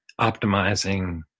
optimizing